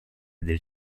del